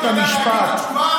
באותם עבריינים מהבולשת, מהבילוש.